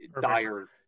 dire